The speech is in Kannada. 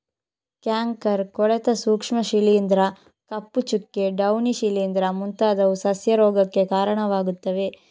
ಕ್ಯಾಂಕರ್, ಕೊಳೆತ ಸೂಕ್ಷ್ಮ ಶಿಲೀಂಧ್ರ, ಕಪ್ಪು ಚುಕ್ಕೆ, ಡೌನಿ ಶಿಲೀಂಧ್ರ ಮುಂತಾದವು ಸಸ್ಯ ರೋಗಕ್ಕೆ ಕಾರಣವಾಗುತ್ತವೆ